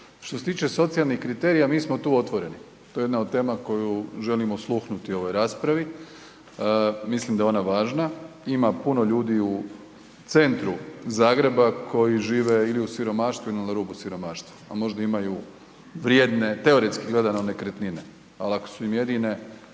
Što se tiče socijalnih kriterija, mi smo tu otvoreni, to je jedna od tema koju želimo osluhnuti u ovoj raspravi, mislim da je ona važna. Ima puno ljudi u centru Zagreba koji žive ili u siromaštvu ili na rubu siromaštva, a možda imaju vrijedne, teoretski gledano, nekretnine, al ako su im jedine